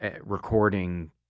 recording